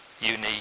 unique